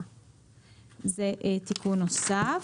"לא יורה ולא יאשר לעובד המוסך".